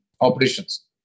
operations